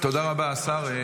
תודה רבה השר.